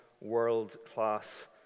world-class